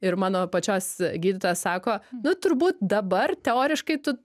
ir mano pačios gydytojas sako nu turbūt dabar teoriškai tu